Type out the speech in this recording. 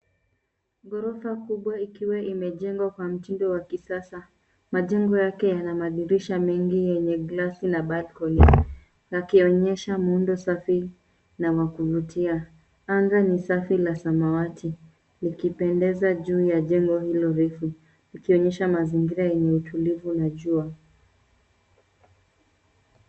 Ghorofa kubwa ikiwa imejengwa kwa mtindo wa kisasa, majengo yake yana madirisha mengi yenye glass na balcony , yakionyesha muundo safi na wa kuvutia. Anga ni safi la samawati likipendeza juu ya jengo hilo refu, likionyesha mazingira yenye utulivu na jua.